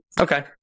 okay